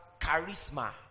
charisma